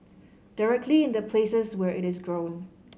directly in the places where it is grown